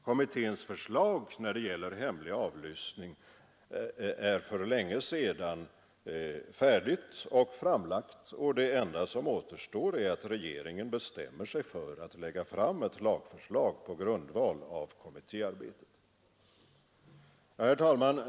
Kommitténs förslag beträffande hemlig avlyssning är för länge sedan färdigt och framlagt, och det enda som återstår är att regeringen bestämmer sig för att lägga fram ett lagförslag på grundval av kommitténs arbetsresultat. Herr talman!